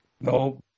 no